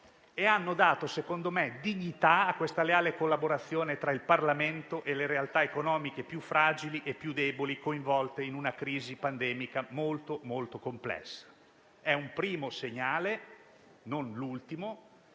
- hanno dato dignità alla leale collaborazione tra il Parlamento e le realtà economiche più fragili e deboli, coinvolte in una crisi pandemica molto complessa. È un primo segnale - non l'ultimo